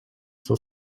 for